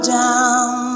down